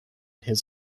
his